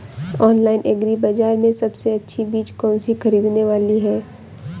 Online agri बाजार में सबसे अच्छी चीज कौन सी ख़रीदने वाली है?